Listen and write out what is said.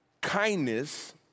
Kindness